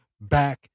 back